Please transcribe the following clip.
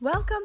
Welcome